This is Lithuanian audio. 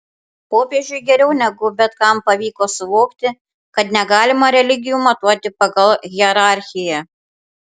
popiežiui geriau negu bet kam pavyko suvokti kad negalima religijų matuoti pagal hierarchiją